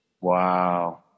Wow